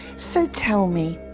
so tell me.